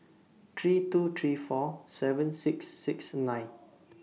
three two three four seven six six nine